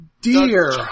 dear